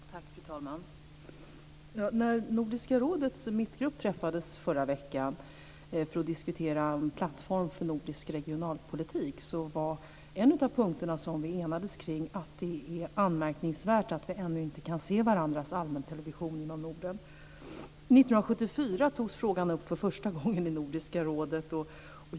Fru talman! När Nordiska rådets mittgrupp träffades förra veckan för att diskutera en plattform för nordisk regionalpolitik var en av de punkter som vi enades kring att det är anmärkningsvärt att vi ännu inte kan se varandras allmäntelevision inom Norden. År 1974 togs frågan upp för första gången i Nordiska rådet.